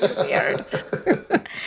Weird